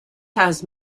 has